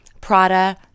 Prada